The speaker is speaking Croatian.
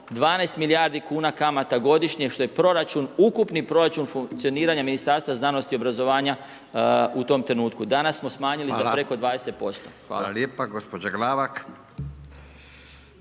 12 milijardi kuna kamata godišnje što je proračun, ukupni proračun funkcioniranja Ministarstva znanosti, obrazovanja u tom trenutku. Danas smo smanjili za preko 20%. Hvala. **Radin,